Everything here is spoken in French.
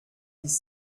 dix